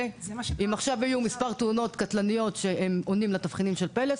אם עכשיו היו מספר תאונות קטלניות שעונות לתבחינים של "פלס",